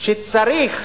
שצריך